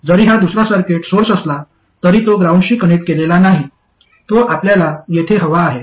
जरी हा दुसरा सर्किट सोर्स असला तरी तो ग्राउंडशी कनेक्ट केलेला नाही जो आपल्याला येथे हवा आहे